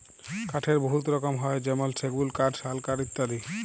কাঠের বহুত রকম হ্যয় যেমল সেগুল কাঠ, শাল কাঠ ইত্যাদি